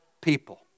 people